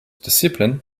discipline